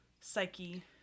psyche